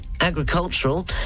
agricultural